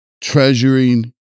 treasuring